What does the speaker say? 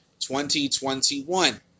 2021